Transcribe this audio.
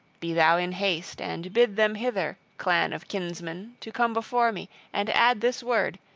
be thou in haste, and bid them hither, clan of kinsmen, to come before me and add this word,